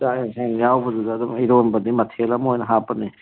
ꯆꯥꯛ ꯌꯦꯟꯁꯥꯡ ꯌꯥꯎꯕꯗꯨꯗ ꯑꯗꯨꯝ ꯏꯔꯣꯟꯕꯗꯤ ꯃꯊꯦꯜ ꯑꯃ ꯑꯣꯏꯅ ꯍꯥꯞꯄꯅꯤ